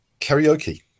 Karaoke